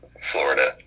florida